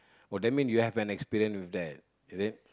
oh that mean you have an experience with that is it